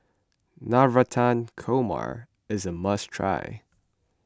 Navratan Korma is a must try